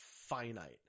finite